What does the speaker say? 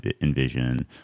Envision